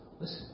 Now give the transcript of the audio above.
listen